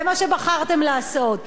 זה מה שבחרתם לעשות.